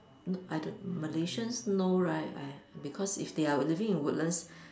I don't Malaysians no right I because if they are living in Woodlands